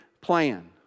plan